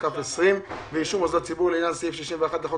16-427-20. 2. הצעת אישור מוסדות ציבור לעניין סעיף 61 לחוק